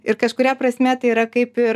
ir kažkuria prasme tai yra kaip ir